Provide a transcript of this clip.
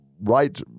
right